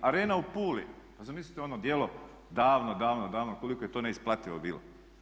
Arena u Puli, pa zamislite ono djelo davno, davno, davno koliko je to neisplativo bilo.